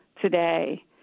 today